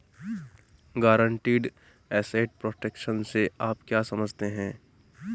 Guaranteed asset protection से आप क्या समझते हैं?